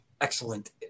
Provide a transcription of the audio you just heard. excellent